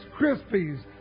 Krispies